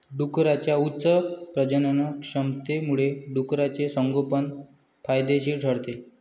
डुकरांच्या उच्च प्रजननक्षमतेमुळे डुकराचे संगोपन फायदेशीर ठरते